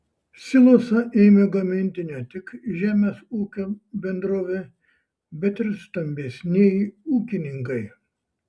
silosą ėmė gaminti ne tik žemės ūkio bendrovė bet ir stambesnieji ūkininkai